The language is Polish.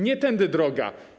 Nie tędy droga.